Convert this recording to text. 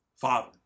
Father